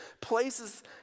places